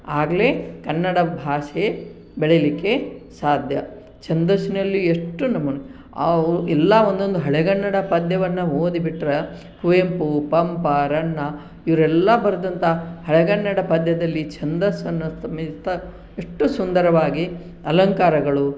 ಆಗಲೇ ಕನ್ನಡ ಭಾಷೆ ಬೆಳಿಲಿಕ್ಕೆ ಸಾಧ್ಯ ಛಂದಸ್ಸಿನಲ್ಲಿ ಎಷ್ಟು ನಮೂನೆ ಆ ಎಲ್ಲ ಒಂದೊಂದು ಹಳೆಗನ್ನಡ ಪದ್ಯವನ್ನು ಓದಿ ಬಿಟ್ರೆ ಕುವೆಂಪು ಪಂಪ ರನ್ನ ಇವರೆಲ್ಲ ಬರೆದಂತಹ ಹಳೆಗನ್ನಡ ಪದ್ಯದಲ್ಲಿ ಛಂದಸ್ಸನ್ನು ಸಮೇತ ಎಷ್ಟು ಸುಂದರವಾಗಿ ಅಲಂಕಾರಗಳು